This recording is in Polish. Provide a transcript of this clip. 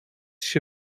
się